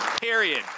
period